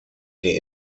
die